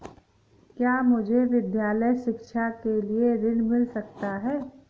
क्या मुझे विद्यालय शिक्षा के लिए ऋण मिल सकता है?